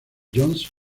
johnson